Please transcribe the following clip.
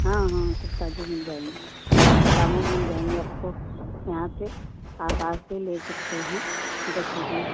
हाँ हाँ सब ताज़े मिल जाएँगे अच्छे दामों मिल जाएँगे आपको यहाँ पर आप आकर ले सकते हैं दस बजे